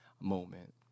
moment